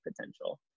potential